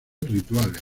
rituales